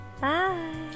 Bye